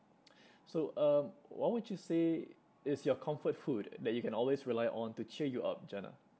so um what would you say is your comfort food that you can always rely on to cheer you up janna